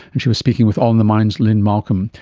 and she was speaking with all in the mind's lynne malcolm.